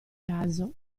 caso